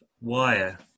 Wire